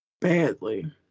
Badly